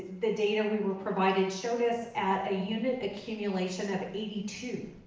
the data we were provided, showed us at a unit accumulation of eighty two,